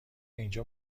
اینجا